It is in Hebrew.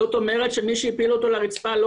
זאת אומרת שמי שהפיל אותו לרצפה לא